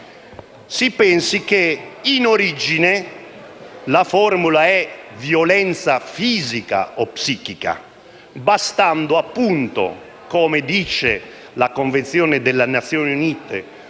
Si pensi che in origine la formula è «violenza fisica o psichica», bastando appunto, come dice la Convenzione della Nazioni Unite,